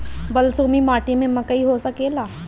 बलसूमी माटी में मकई हो सकेला?